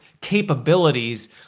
capabilities